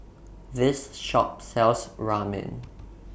This Shop sells Ramen